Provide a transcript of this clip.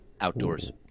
outdoors